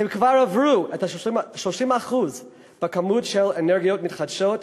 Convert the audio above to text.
כבר עברו את ה-30% בכמות של אנרגיות מתחדשות,